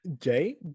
Jay